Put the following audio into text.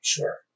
Sure